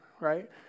Right